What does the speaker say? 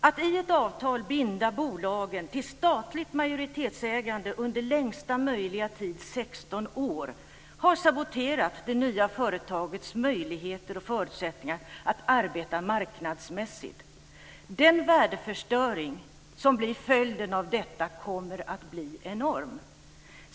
Att i ett avtal binda bolagen till statligt majoritetsägande under längsta möjliga tid, 16 år, har saboterat det nya företagets möjligheter och förutsättningar att arbeta marknadsmässigt. Den värdeförstöring som blir följden av detta kommer att bli enorm.